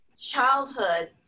childhood